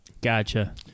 Gotcha